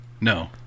No